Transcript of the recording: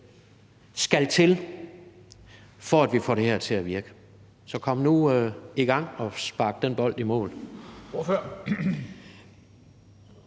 skal til, for at vi får det her til at virke. Så kom nu i gang, og få sparket den bold i mål.